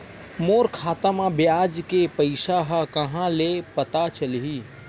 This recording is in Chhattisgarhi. मोर खाता म ब्याज के पईसा ह कहां ले पता चलही?